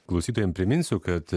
klausytojam priminsiu kad